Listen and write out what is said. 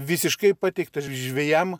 visiškai pateiktos žvejam